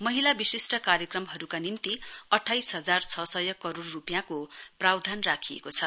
महिला विशिष्ट कार्यक्रमहरूका लागि अठाइस हजार छ सय करोड रूपियाँको प्रावधान राखिएको छ